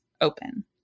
open